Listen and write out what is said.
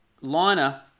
liner